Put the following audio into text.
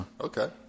Okay